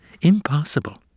impossible